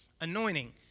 anointing